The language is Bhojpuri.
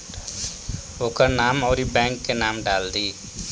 ओकर नाम अउरी बैंक के नाम डाल दीं